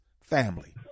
family